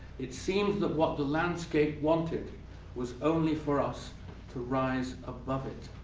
it seemed that what the landscape wanted was only for us to rise above it.